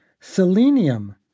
Selenium